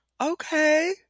Okay